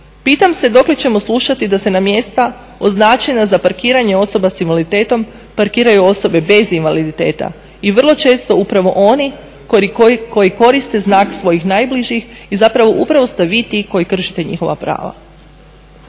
Pitam se dokle ćemo slušati da se na mjesta označena za parkiranje osoba sa invaliditetom parkiraju osobe bez invaliditeta i vrlo često upravo oni koji koriste znak svojih najbližih i zapravo upravo ste vi ti koji kršite njihova prava.